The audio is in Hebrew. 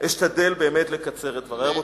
אני אשתדל באמת לקצר את דברי.